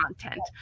content